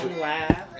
laugh